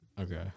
Okay